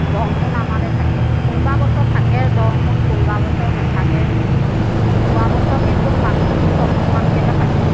দহমোন আমালৈ থাকে কোনোবা বছৰত থাকে দহমোন কোনোবা বছৰত নেথাকে যোৱা বছৰত কিন্তু পাঁচ মোন ছমোন মানকৈহে পাইছোঁ